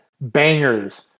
bangers